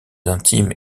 intimes